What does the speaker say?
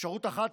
אפשרות אחת,